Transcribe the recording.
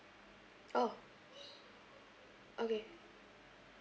orh okay